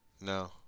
No